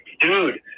Dude